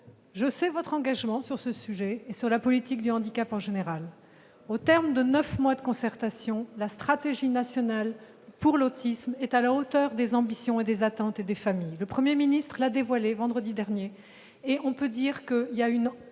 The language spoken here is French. je sais votre engagement sur ce sujet et sur la politique du handicap en général. Au terme de neuf mois de concertation, la stratégie nationale pour l'autisme est à la hauteur des ambitions et des attentes des familles ; le Premier ministre l'a dévoilée vendredi dernier : on peut dire que cette